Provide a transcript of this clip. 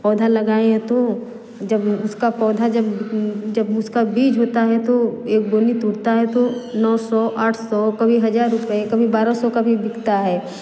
पौधा लगाए तो जब उसका पौधा जब जब उसका बीज होता है तो एक गोली टूटता है तो नौ सौ आठ सौ कभी हज़ार रुपए कभी बारह सौ का भी बिकता है